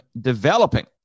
developing